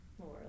more